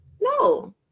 No